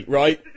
right